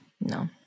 no